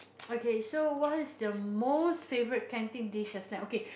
okay so what's the most favourite canteen dishes like okay